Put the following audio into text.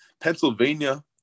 Pennsylvania